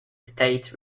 state